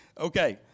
Okay